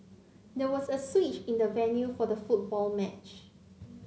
there was a switch in the venue for the football match